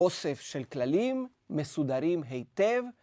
אוסף של כללים, מסודרים היטב.